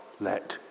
let